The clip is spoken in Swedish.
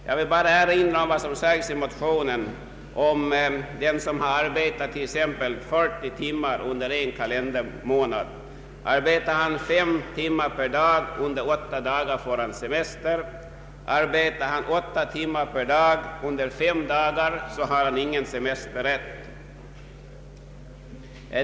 Jag vill bara erinra om vad som sägs i motionerna om en anställd som har arbetat 40 timmar under en kalendermånad. Om han arbetar fem timmar per dag under åtta dagar får han rätt till semester. Om han däremot arbetar åtta timmar per dag under fem dagar har han ingen rätt till semester.